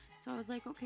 so i was like, okay,